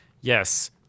Yes